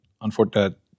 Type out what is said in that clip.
unfortunately